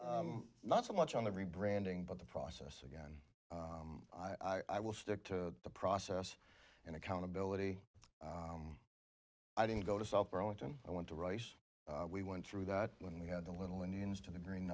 more not so much on every branding but the process again i will stick to the process and accountability i didn't go to south burlington i went to rice we went through that when we had the little indians to the green